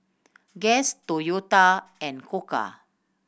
Guess Toyota and Koka